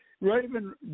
Raven